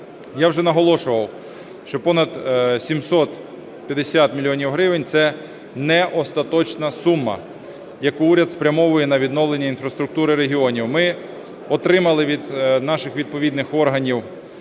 Я вже наголошував, що понад 750 мільйонів гривень – це не остаточна сума, яку уряд спрямовує на відновлення інфраструктури регіонів. Ми отримали від наших відповідних органів